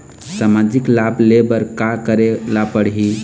सामाजिक लाभ ले बर का करे ला पड़ही?